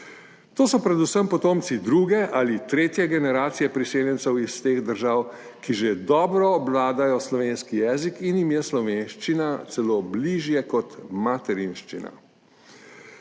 To so predvsem potomci druge ali tretje generacije priseljencev iz teh držav, ki že dobro obvladajo slovenski jezik in jim je slovenščina celo bližje kot materinščina.